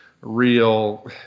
real